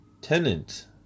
tenant